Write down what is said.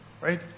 right